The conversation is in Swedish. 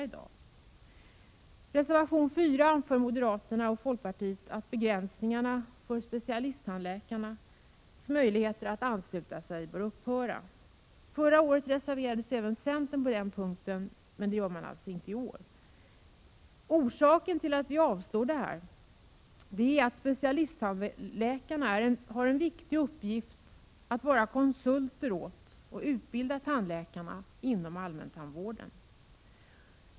I reservation 4 anför moderaterna och folkpartiet att begränsningarna för specialisttandläkarnas möjligheter att ansluta sig till försäkringen bör upphöra. Förra året reserverade sig även centern på den punkten, men det gör man alltså inte i år. Orsaken till att utskottsmajoriteten avstyrker detta förslag är att specialisttandläkarna har en viktig uppgift att vara konsulter åt och utbilda tandläkarna inom allmäntandvården.